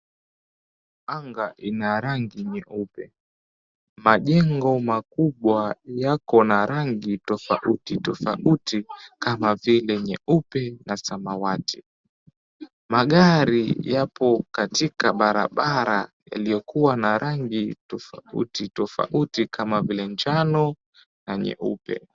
Anga ina rangi nyeupe, majengo makubwa yako na rangi tofauti tofauti, kama vile nyeupe na samawati, magari yapo katika barabara iliyokua na rangi tofauti tofauti, kama vile njano na nyeupe.